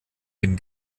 dem